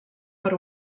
per